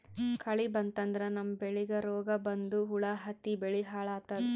ಕಳಿ ಬಂತಂದ್ರ ನಮ್ಮ್ ಬೆಳಿಗ್ ರೋಗ್ ಬಂದು ಹುಳಾ ಹತ್ತಿ ಬೆಳಿ ಹಾಳಾತದ್